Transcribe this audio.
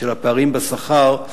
של הפערים בשכר,